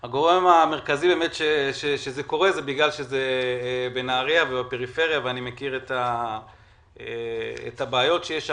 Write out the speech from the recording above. זה קורה בגלל שזה בנהריה ובפריפריה ואני מכיר את הבעיות שיש שם,